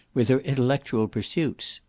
with her intellectual pursuits.